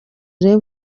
urebe